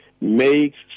makes